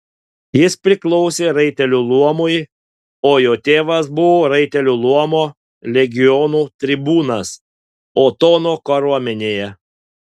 jis priklausė raitelių luomui o jo tėvas buvo raitelių luomo legionų tribūnas otono kariuomenėje